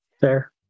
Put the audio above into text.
Fair